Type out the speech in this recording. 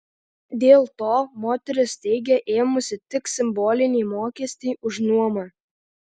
dėl to moteris teigia ėmusi tik simbolinį mokestį už nuomą